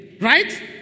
right